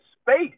space